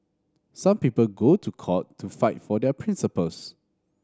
some people go to court to fight for their principles